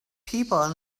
people